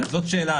גם זאת שאלה,